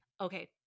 okay